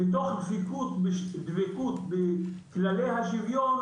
מתוך דבקות בכללי השוויון,